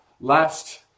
last